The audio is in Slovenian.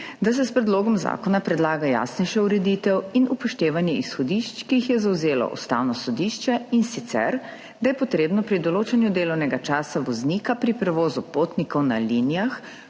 da se s predlogom zakona predlaga jasnejša ureditev in upoštevanje izhodišč, ki jih je zavzelo Ustavno sodišče, in sicer, da je potrebno pri določanju delovnega časa voznika pri prevozu potnikov na linijah